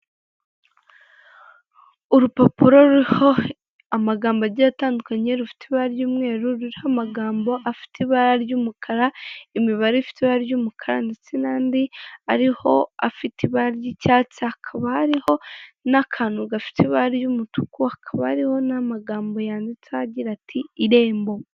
Urupapuro ruriho amagambo agiye atandukanye rufite ibara ry'umweru ruriho amagambo afite ibara ry'umukara, imibare ifite ibara ry'umukara ndetse n'andi ariho afite ibara ry'icyatsi hakaba hariho n'akantu gafite ibara ry'umutuku, hakaba hariho n'amagambo yanditseho agira ti '' irembo''.